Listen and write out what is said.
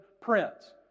prince